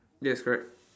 yes correct